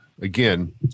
again